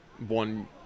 one